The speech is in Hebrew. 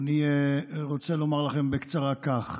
אני רוצה לומר לכם בקצרה כך: